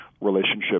relationship